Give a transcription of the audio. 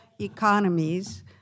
economies